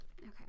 Okay